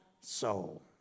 soul